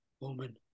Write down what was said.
woman